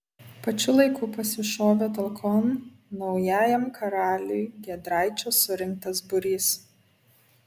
pačiu laiku pasišovė talkon naujajam karaliui giedraičio surinktas būrys